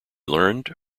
learned